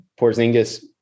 Porzingis